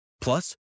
Plus